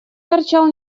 торчал